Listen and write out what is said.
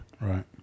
right